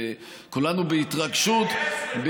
כולנו בהתרגשות,